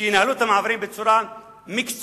שינהלו את המעברים בצורה מקצועית,